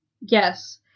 yes